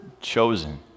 chosen